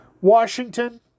Washington